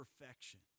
perfection